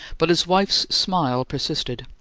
but his wife's smile persisted.